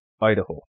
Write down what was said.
Idaho